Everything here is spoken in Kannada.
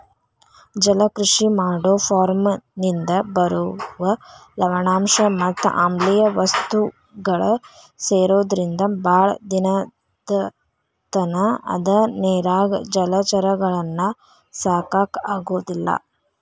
ಜಲಕೃಷಿ ಮಾಡೋ ಫಾರ್ಮನಿಂದ ಬರುವ ಲವಣಾಂಶ ಮತ್ ಆಮ್ಲಿಯ ವಸ್ತುಗಳು ಸೇರೊದ್ರಿಂದ ಬಾಳ ದಿನದತನ ಅದ ನೇರಾಗ ಜಲಚರಗಳನ್ನ ಸಾಕಾಕ ಆಗೋದಿಲ್ಲ